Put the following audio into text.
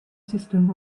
system